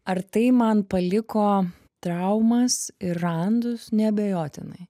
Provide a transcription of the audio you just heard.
ar tai man paliko traumas ir randus neabejotinai